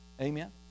Amen